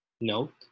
Note